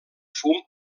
fum